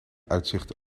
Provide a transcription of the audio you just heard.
uitzicht